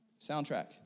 Soundtrack